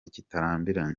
kitarambiranye